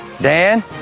Dan